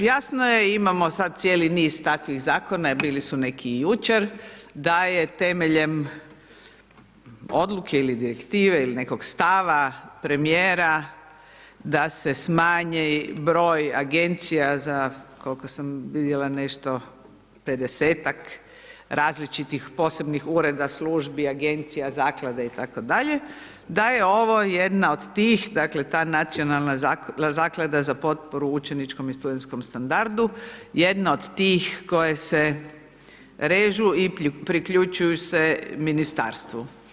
Jasno je, imamo sad cijeli niz takvih zakona, bili su neki i jučer, da je temeljem odluke ili direktive ili nekog stava premijera da se smanji broj agencija za, koliko sam vidjela nešto, pedesetak, različitih, posebnih ureda, službi, agencija, zaklada itd., da je ovo jedna od tih, dakle, ta nacionalna zaklada za potporu učeničkom i studentskom standardu, jedna od tih koje se režu i priključuju se ministarstvu.